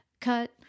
cut